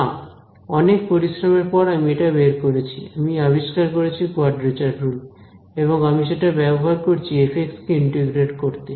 না অনেক পরিশ্রমের পর আমি এটা বের করেছি আমি আবিষ্কার করেছি কোয়াড্রেচার রুল এবং আমি সেটা ব্যবহার করছি f কে ইন্টিগ্রেট করতে